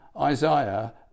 Isaiah